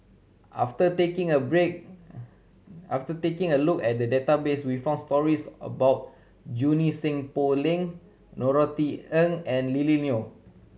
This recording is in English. after taking a break after taking a look at the database we found stories about Junie Sng Poh Leng Norothy Ng and Lily Neo